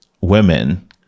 women